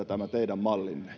tämä teidän mallinne